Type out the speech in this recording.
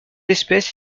espèce